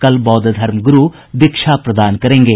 कल बौद्ध धर्म गुरू दीक्षा प्रदान करेंगे